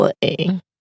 playing